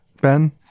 Ben